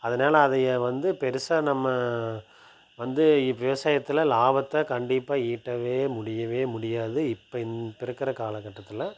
அதனால அதேயே வந்து பெருசாக நம்ம வந்து இவ் விவசாயத்தில் லாபத்தை கண்டிப்பாக ஈட்ட முடியவே முடியாது இப்போ இந்த இருக்கிற காலக்கட்டத்தில்